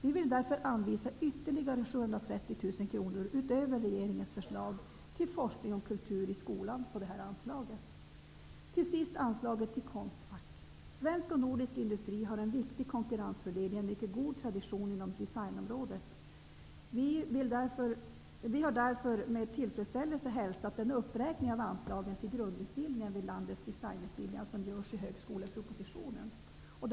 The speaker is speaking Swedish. Vi vill därför anvisa ytterligare 730 000 kronor utöver regeringens förslag till forskning om kultur i skolan på detta anslag. Till sist anslaget till Konstfack. Svensk och nordisk industri har en viktig konkurrensfördel i en mycket god tradition inom designområdet. Vi har därför med tillfredsställelse hälsat den uppräkning av anslagen till grundutbildningen vid landets designutbildningar som görs i högskolepropositionen.